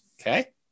Okay